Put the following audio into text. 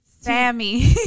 Sammy